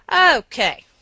Okay